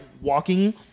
walking